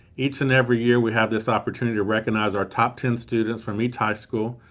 each and every year, we have this opportunity to recognize our top ten students from each high school.